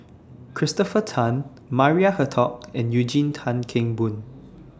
Christopher Tan Maria Hertogh and Eugene Tan Kheng Boon